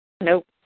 Nope